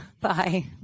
Bye